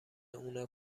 اونا